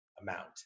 amount